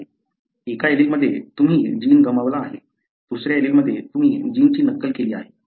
एका एलीलमध्ये तुम्ही जीन गमावले आहे दुसऱ्या एलीलमध्ये तुम्ही जीनची नक्कल केली आहे बरोबर